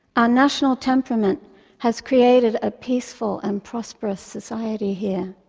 our national temperament has created a peaceful and prosperous society here.